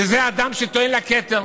וזה אדם שטוען לכתר.